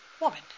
Woman